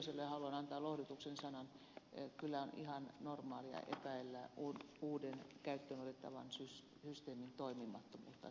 kyllöselle haluan antaa lohdutuksen sanan kyllä on ihan normaalia epäillä uuden käyttöön otettavan systeemin toimimattomuutta